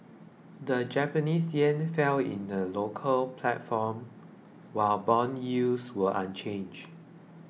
the Japanese yen fell in the local platform while bond yields were unchanged